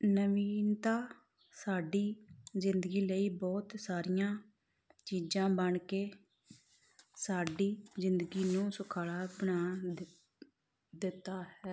ਨਵੀਨਤਾ ਸਾਡੀ ਜ਼ਿੰਦਗੀ ਲਈ ਬਹੁਤ ਸਾਰੀਆਂ ਚੀਜ਼ਾਂ ਬਣ ਕੇ ਸਾਡੀ ਜ਼ਿੰਦਗੀ ਨੂੰ ਸੁਖਾਲਾ ਬਣਾ ਦਿ ਦਿੱਤਾ ਹੈ